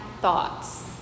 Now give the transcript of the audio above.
thoughts